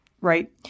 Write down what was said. Right